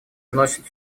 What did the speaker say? вносит